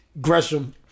Gresham